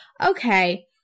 okay